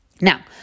Now